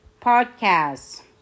podcast